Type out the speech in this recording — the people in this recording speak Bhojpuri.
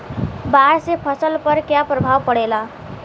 बाढ़ से फसल पर क्या प्रभाव पड़ेला?